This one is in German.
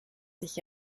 sich